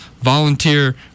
volunteer